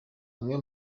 umwe